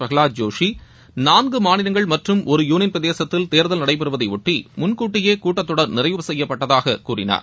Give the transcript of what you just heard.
பிரகலாத் ஜோஷி நான்கு மாநிலங்கள் மற்றும் ஒரு யூனியள் பிரதேசத்தில் தேர்தல் நடைபெறுவதையாட்டி முன்கூட்டியே கூட்டத்தொடர் நிறைவு செய்யப்பட்டதாக கூறினார்